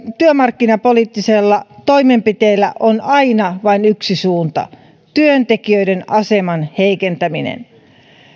työmarkkinapoliittisilla toimenpiteillä on aina vain yksi suunta työntekijöiden aseman heikentäminen